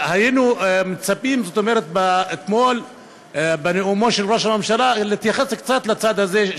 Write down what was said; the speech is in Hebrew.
היינו מצפים שאתמול בנאומו ראש הממשלה יתייחס קצת לצד הזה,